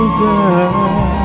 girl